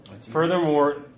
Furthermore